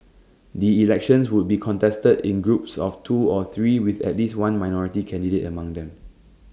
the elections would be contested in groups of two or three with at least one minority candidate among them